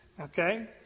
Okay